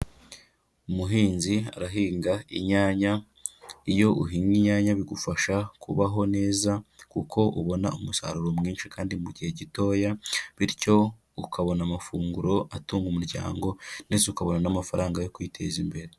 Umuhinzi arahinga inyanya, iyo uhinga inyanya bigufasha kubaho neza kuko ubona umusaruro mwinshi kandi mu gihe gitoya, bityo ukabona amafunguro atunga umuryango ndetse ukabona n'amafaranga yo kwiteza imbere.